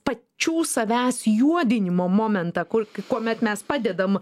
pačių savęs juodinimo momentą kur kuomet mes padedam